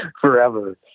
forever